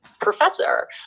professor